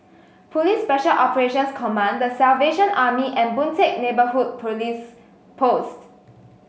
Police Special Operations Command The Salvation Army and Boon Teck Neighbourhood Police Post